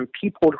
People